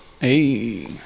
Hey